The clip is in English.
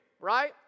right